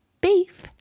beef